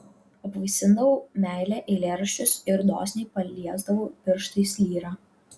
apvaisindavau meile eilėraščius ir dosniai paliesdavau pirštais lyrą